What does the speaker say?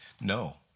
No